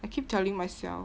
I keep telling myself